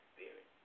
Spirit